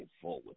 forward